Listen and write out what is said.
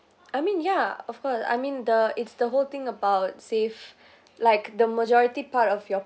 I mean ya of course I mean the it's the whole thing about save like the majority part of your